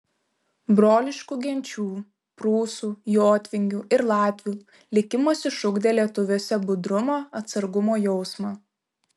broliškų genčių prūsų jotvingių ir latvių likimas išugdė lietuviuose budrumo atsargumo jausmą